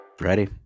Ready